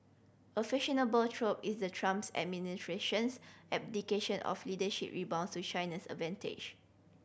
a fashionable trope is the Trump's administration's abdication of leadership rebounds to China's advantage